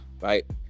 right